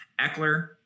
Eckler